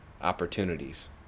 opportunities